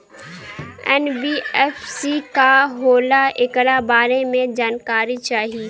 NBFC का होला ऐकरा बारे मे जानकारी चाही?